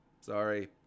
Sorry